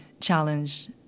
challenge